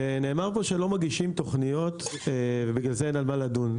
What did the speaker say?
נאמר פה שלא מגישים תכניות ובגלל זה אין על מה לדון,